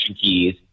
keys